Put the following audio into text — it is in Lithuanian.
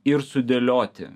ir sudėlioti